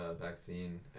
vaccine